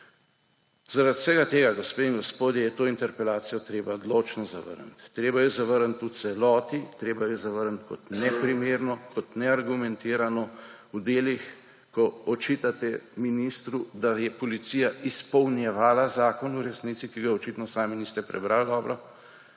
Zaradi vsega tega, gospe in gospodje, je to interpelacijo treba odločno zavrniti. Treba jo je zavrniti v celoti. Treba jo je zavrniti kot neprimerno, kot neargumentirano v delih, ko očitate ministru, da je policija izpolnjevala zakon v resnici, ki ga očitno sami niste prebrali dobro.